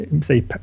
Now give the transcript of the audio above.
say